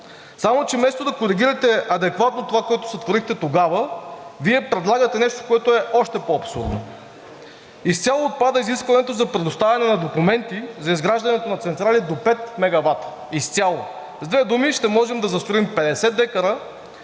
Само че вместо да коригирате адекватно това, което сътворихте тогава, Вие предлагате нещо, което е още по-абсурдно. Изцяло отпада изискването за предоставяне на документи за изграждането на централи до пет мегавата – изцяло! С две думи, ще можем да застроим 50 дка